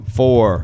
four